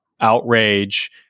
outrage